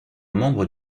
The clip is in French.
membre